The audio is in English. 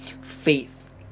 faith